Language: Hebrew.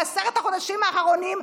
בעשרת החודשים האחרונים,